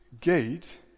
gate